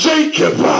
Jacob